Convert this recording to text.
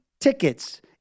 tickets